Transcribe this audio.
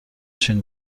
چین